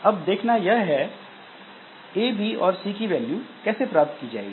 अब देखना यह है कि एबी और सी की वैल्यू कैसे प्राप्त की जाएगी